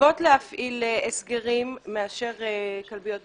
מיטיבות להפעיל הסגרים מאשר כלביות פרטיות.